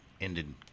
ended